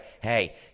Hey